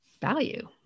value